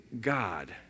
God